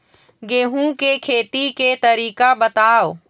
गेहूं के खेती के तरीका बताव?